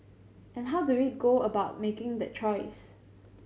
and how do we go about making the choice